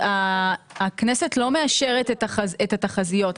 הכנסת לא מאשרת את התחזיות,